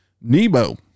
nebo